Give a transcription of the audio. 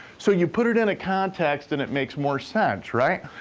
so you put it in a context and it makes more sense, right?